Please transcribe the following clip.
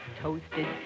toasted